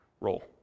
role